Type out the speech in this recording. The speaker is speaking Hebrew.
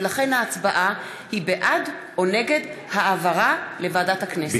ולכן ההצבעה היא בעד או נגד העברה לוועדת הכנסת.